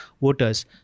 voters